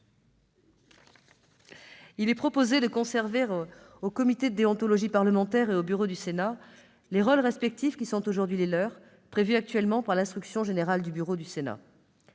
Il est proposé de conserver au comité de déontologie parlementaire et au bureau du Sénat les rôles respectifs qui sont aujourd'hui les leurs, tels qu'ils sont prévus par l'instruction générale du bureau du Sénat.